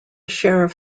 sheriff